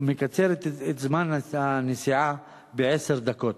ומקצר את זמן הנסיעה בעשר דקות.